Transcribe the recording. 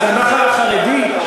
זה הנח"ל החרדי.